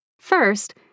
First